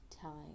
telling